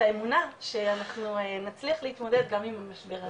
האמונה שאנחנו נצליח להתמודד גם עם המשבר הזה,